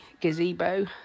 gazebo